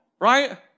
right